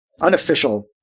unofficial